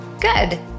Good